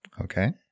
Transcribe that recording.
Okay